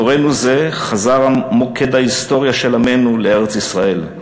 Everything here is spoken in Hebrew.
בדורנו זה חזר מוקד ההיסטוריה של עמנו לארץ-ישראל,